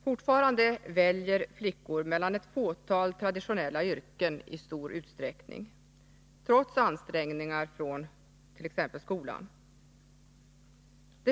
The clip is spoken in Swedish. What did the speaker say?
Fortfarande väljer emellertid flickor i stor utsträckning mellan ett fåtal traditionella yrken, trots ansträngningar från bl.a. skolans sida.